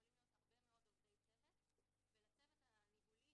לא על כל דבר עכשיו ירוצו למשטרה כדי לפתוח את המצלמות.